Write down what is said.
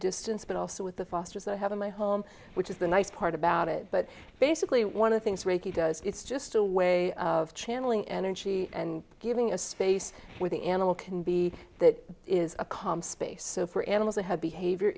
distance but also with the fosters i have in my home which is the nice part about it but basically one of the things reiki does it's just a way of channeling energy and giving a space with the animal can be that is a calm space for animals that have behavior